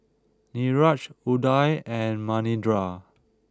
Niraj Udai and Manindra